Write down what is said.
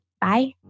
Bye